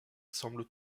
semble